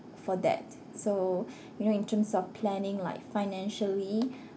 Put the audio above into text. for that so you know in terms of planning like financially